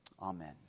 Amen